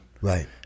Right